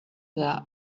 there